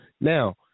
Now